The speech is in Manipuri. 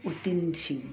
ꯎꯠꯇꯤꯟꯁꯤꯡ